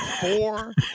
four